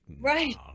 right